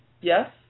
yes